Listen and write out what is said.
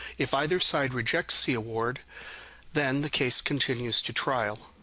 if either side rejects the award then the case continues to trial.